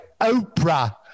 Oprah